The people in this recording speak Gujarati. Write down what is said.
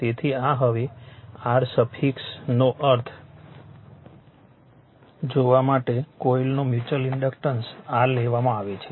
તેથી આ હવે r સફિક્સ નો અર્થ જોવા માટે કોઇલનું મ્યુચ્યુઅલ ઇન્ડક્ટન્સ r લેવામાં આવે છે